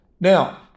Now